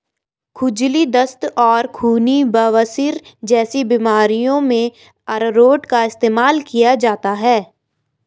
खुजली, दस्त और खूनी बवासीर जैसी बीमारियों में अरारोट का इस्तेमाल किया जाता है